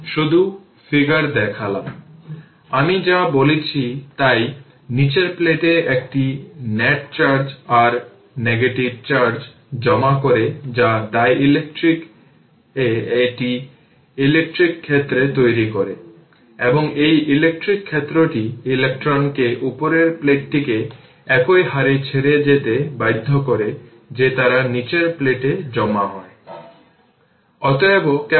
সুতরাং DC এর জন্য আমরা দেখেছি যে ক্যাপাসিটর একটি ওপেন সার্কিট হিসাবে কাজ করে এবং ইন্ডাক্টরের জন্য এটি একটি শর্ট সার্কিট হিসাবে কাজ করে